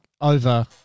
over